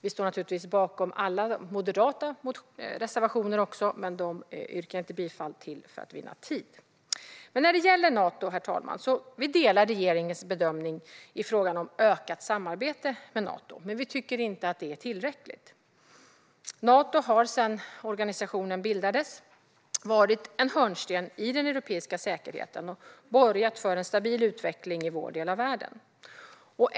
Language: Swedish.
Jag står naturligtvis bakom Moderaternas alla reservationer men yrkar inte bifall till dem för att vinna tid. Vi delar regeringens bedömning i fråga om ökat samarbete med Nato, men vi tycker inte att detta är tillräckligt. Nato har sedan organisationen bildades varit en hörnsten i den europeiska säkerheten och borgat för en stabil utveckling i vår del av världen.